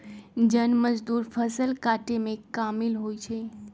जन मजदुर फ़सल काटेमें कामिल होइ छइ